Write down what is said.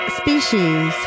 species